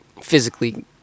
physically